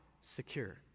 secure